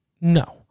No